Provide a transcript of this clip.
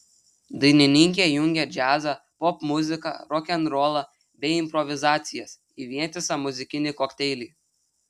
dainininkė jungia džiazą popmuziką rokenrolą bei improvizacijas į vientisą muzikinį kokteilį